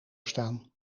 staan